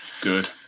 good